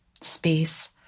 space